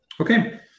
Okay